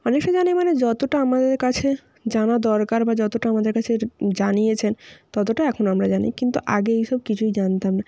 অনেকটা জানি মানে যতটা আমাদের কাছে জানা দরকার বা যতটা আমাদের কাছে জানিয়েছেন ততটাই আমরা এখন জানি কিন্তু আগে এইসব কিছুই জানতাম না